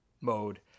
mode